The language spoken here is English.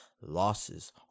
losses